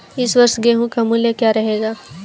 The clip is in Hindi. इस वर्ष गेहूँ का मूल्य क्या रहेगा?